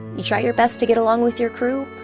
you try your best to get along with your crew,